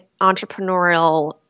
entrepreneurial